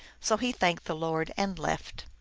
so he thanked the lord, and left.